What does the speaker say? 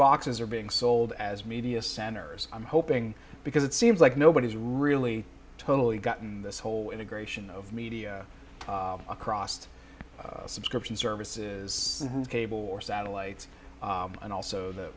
boxes are being sold as media centers i'm hoping because it seems like nobody's really totally gotten this whole integration of media across the subscription service is cable or satellite and also th